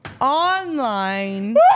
online